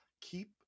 keep